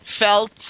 felt